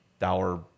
Dollar